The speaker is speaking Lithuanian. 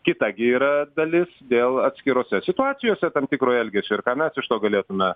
kita gi yra dalis dėl atskirose situacijose tam tikro elgesio ir ką mes iš to galėtume